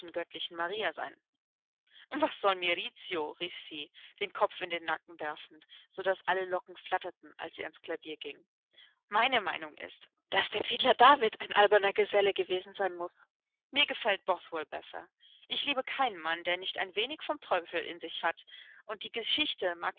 göttlichen maria sein was soll mir rizzio rief sie den kopf in den nacken werfend so daß alle locken flatterten als sie ans klavier ging meine meinung ist daß der fiedler david ein alberner geselle gewesen sein muß mir gefällt bothwell besser ich liebe keinen mann der nicht ein wenig vom teufel in sich hat und die geschichte mag